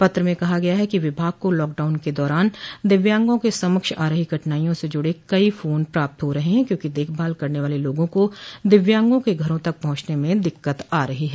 पत्र में कहा गया है कि विभाग को लॉकडाउन के दौरान दिव्यांगों के समक्ष आ रही कठिनाईयों से जुड़े कई फोन प्राप्त हो रहे हैं क्योंकि देखभाल करने वाले लोगों को दिव्यांगों के घरों तक पहचने में दिक्कत आ रही है